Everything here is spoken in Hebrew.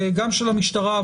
גם של המשטרה,